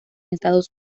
estados